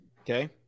Okay